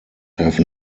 have